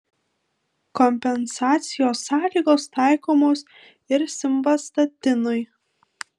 kompensacijos sąlygos taikomos ir simvastatinui